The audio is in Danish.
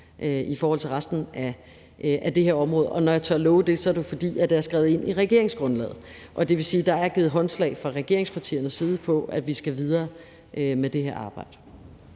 i forhold til resten af det her område, og når jeg tør love det, er det, fordi det er skrevet ind i regeringsgrundlaget. Det vil sige, at der fra regeringspartiernes side er givet håndslag på, at vi skal videre med det her arbejde.